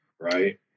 right